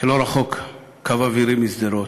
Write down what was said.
שלא רחוק בקו אווירי משדרות,